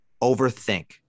overthink